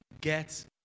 get